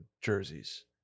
jerseys